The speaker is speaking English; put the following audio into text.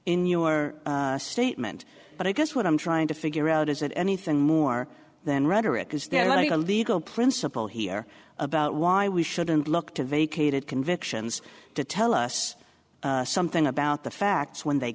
in your statement but i guess what i'm trying to figure out is that anything more than rhetoric is there any legal principle here about why we shouldn't look to vacated convictions to tell us something about the facts when they